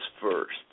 first